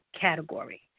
category